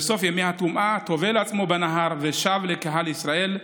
בסוף ימי הטומאה טבל עצמו בנהר ושב לקהל ישראל.